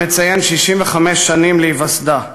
המציין 65 שנים להיווסדה.